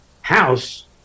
house